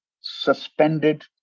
suspended